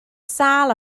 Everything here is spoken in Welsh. sâl